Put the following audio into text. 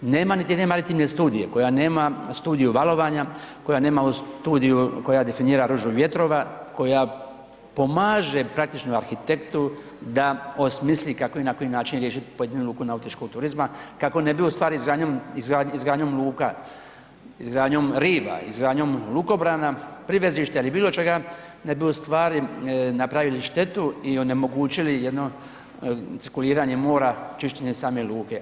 Nema niti jedne maritimne studije koja nema studiju valovanja, koja nema studiju, koja definira ružu vjetrova, koja pomaže praktično arhitektu da osmisli kako i na koji način riješiti pojedinu luku nautičkog turizma kako ne bi ustvari izgradnjom luka, izgradnjom riva, izgradnjom lukobrana privezište ili bilo čega ne bi ustvari napravili štetu i onemogućili jedno cirkuliranje mora, čišćenje same luke.